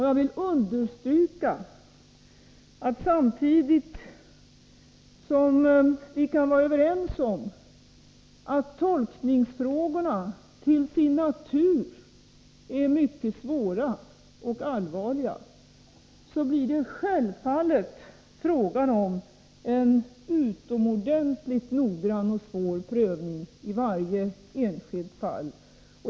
Jag vill understryka att det — samtidigt som vi kan vara överens om att tolkningsfrågorna till sin natur är mycket svåra och allvarliga — självfallet blir fråga om en utomordentligt noggrann och svår prövning i varje enskilt fall.